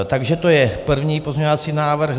Takže to je první pozměňovací návrh.